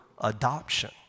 adoption